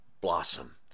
blossom